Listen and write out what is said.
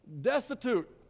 Destitute